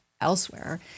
elsewhere